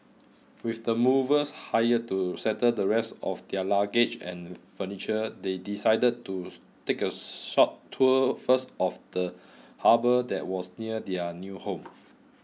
with the movers hired to settle the rest of their luggage and furniture they decided to take a short tour first of the harbour that was near their new home